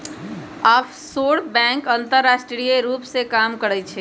offshore bank अंतरराष्ट्रीय रूप से काम करइ छइ